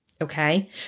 okay